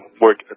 work